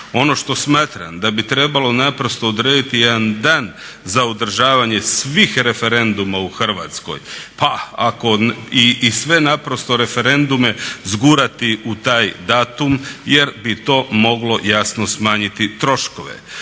Ono što smatram da bi trebalo naprosto odrediti jedan dan za održavanje svih referenduma u Hrvatskoj i sve naprosto referendume zgurati u taj datum jer bi to moglo jasno smanjiti troškove.